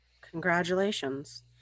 Congratulations